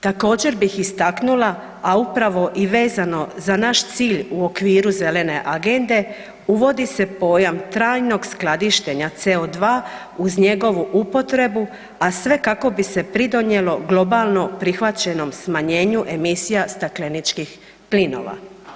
Također bih istaknula, a upravo i vezano za naš cilj u okviru zelene agende uvodi se pojam trajnog skladištenja CO2 uz njegovu upotrebu, a sve kako bi se pridonijelo globalnom prihvaćenom smanjenju emisija stakleničkih plinova.